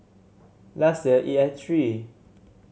last year it had three